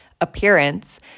appearance